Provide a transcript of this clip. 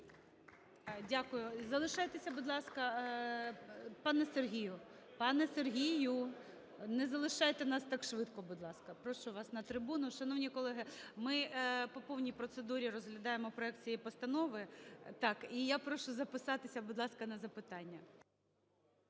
Дякую. Залишайтеся, будь ласка. Пане Сергію! Пане Сергію, не залишайте нас так швидко, будь ласка. Прошу вас на трибуну. Шановні колеги, ми по повній процедурі розглядаємо проект цієї постанови. Так. І я прошу записатися, будь ласка, на запитання.